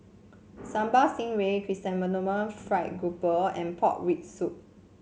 Sambal Stingray Chrysanthemum Fried Grouper and Pork Rib Soup